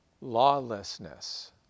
lawlessness